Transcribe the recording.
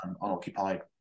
unoccupied